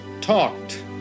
talked